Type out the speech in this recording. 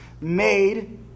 made